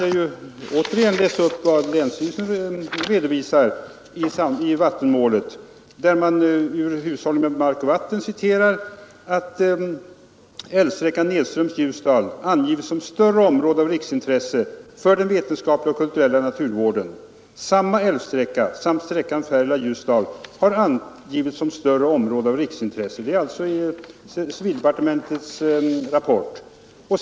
Jag kan återigen läsa upp vad länsstyrelsen uttalat i vattenmålet, där man hänvisar till att i promemorian Hushållning med mark och vatten har älvsträckan nedströms Ljusdal angivits som större område av riksintresse för den vetenskapliga och kulturella naturvården. Samma älvsträcka samt sträc kan Färila—Ljusdal har angivits som större område av riksintresse för det rörliga friluftslivet. Detta är alltså hämtat ur civildepartementets promemoria.